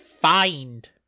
find